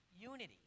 unity